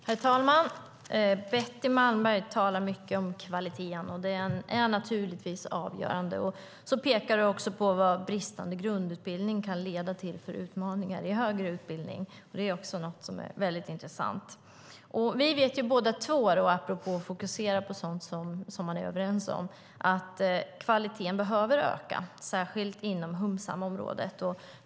Herr talman! Betty Malmberg talar mycket om kvalitet. Det är naturligtvis avgörande. Hon pekar mycket på vad bristande grundutbildning kan leda till för utmaningar i högre utbildning. Det är också intressant. Apropå att vi ska fokusera på sådant som vi är överens om vet vi båda två att kvaliteten behöver öka, särskilt inom humsamområdet.